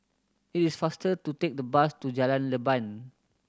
it is faster to take the bus to Jalan Leban